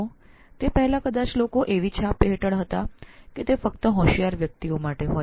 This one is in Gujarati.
તો તે પહેલાં કદાચ લોકો એવું માનતા હતા કે સર્જનાત્મકતા ફક્ત હોશિયાર વ્યક્તિઓ માટે હોય